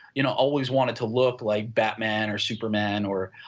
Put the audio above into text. you know, always wanted to look like batman or superman or